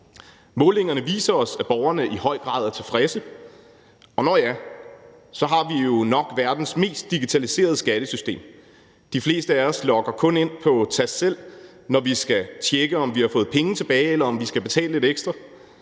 Målingerne viser os, at borgerne i høj grad er tilfredse. Og nå ja, så har vi jo nok verdens mest digitaliserede skattesystem. De fleste af os logger kun ind på TastSelv, når vi skal tjekke, om vi har fået penge tilbage, eller om vi skal betale lidt ekstra.